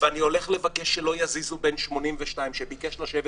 ואני הולך לבקש שלא יזיזו בן 82 שביקש לשבת